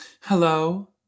Hello